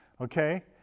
okay